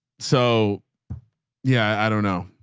so yeah. i don't know.